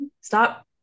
Stop